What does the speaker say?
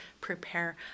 prepare